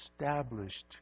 established